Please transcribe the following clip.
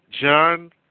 John